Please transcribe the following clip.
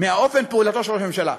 מאופן פעולתו של ראש הממשלה.